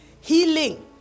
healing